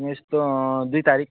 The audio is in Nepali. यस्तै दुई तारिक